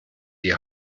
die